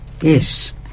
Yes